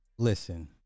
Listen